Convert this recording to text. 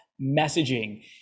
messaging